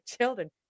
children